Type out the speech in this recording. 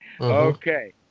Okay